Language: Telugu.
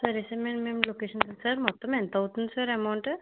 సరే సార్ నేను మేము లొకేషన్ పెడతాను సార్ మొత్తం ఎంత అవుతుంది సార్ అమౌంట్